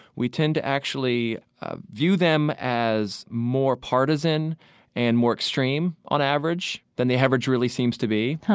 we tend to actually view them as more partisan and more extreme on average than the average really seems to be.